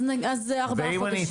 אז ארבעה חודשים.